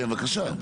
כן, בבקשה.